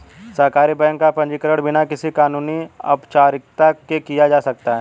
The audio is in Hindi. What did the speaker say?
सहकारी बैंक का पंजीकरण बिना किसी कानूनी औपचारिकता के किया जा सकता है